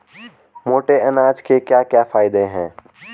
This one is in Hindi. मोटे अनाज के क्या क्या फायदे हैं?